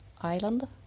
island